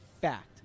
fact